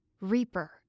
Reaper